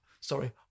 Sorry